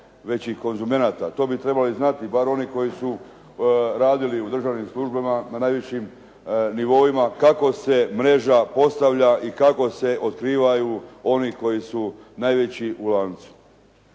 najvećih konzumenata. To bi trebali znati bar oni koji su radili u državnim službama na najvišim nivoima kako se mreža postavlja i kako se otkrivaju oni koji su najveći u lancu.